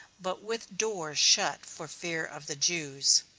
but with doors shut for fear of the jews.